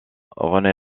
rené